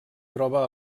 troba